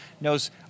knows